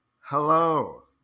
Hello